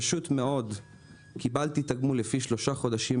פשוט מאוד קיבלתי תגמול לפי שלושה חודשים